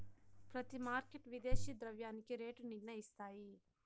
ప్రతి మార్కెట్ విదేశీ ద్రవ్యానికి రేటు నిర్ణయిస్తాయి